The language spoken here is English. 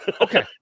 Okay